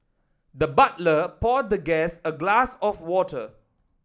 the butler poured the guest a glass of water